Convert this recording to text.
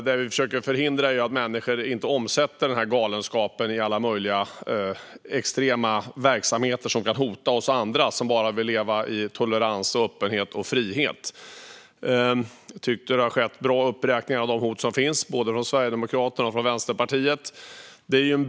Det vi försöker förhindra är att människor omsätter galenskapen i alla möjliga extrema verksamheter som kan hota oss andra, som bara vill leva i tolerans, öppenhet och frihet. Det har redan varit bra uppräkningar, från både Sverigedemokraterna och Vänsterpartiet, av de hot som finns.